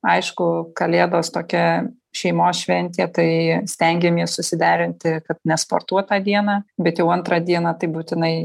aišku kalėdos tokia šeimos šventė tai stengiamės susiderinti nesportuot tą dieną bet jau antrą dieną tai būtinai